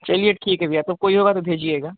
चलिए ठीक है भैया तो कोई होगा तो भेजिएगा